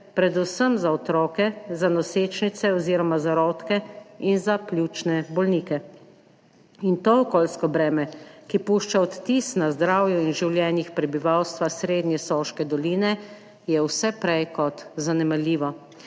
predvsem za otroke, za nosečnice oziroma zarodke in za pljučne bolnike.« In to okoljsko breme, ki pušča odtis na zdravju in življenjih prebivalstva srednje Soške doline, je vse prej kot zanemarljivo.